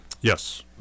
Yes